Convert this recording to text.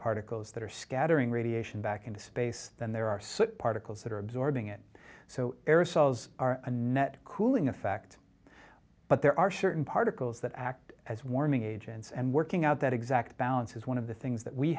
particles that are scattering radiation back into space than there are so particles that are absorbing it so aerosols are a net cooling effect but there are certain particles that act as warming agents and working out that exact balance is one of the things that we